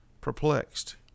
perplexed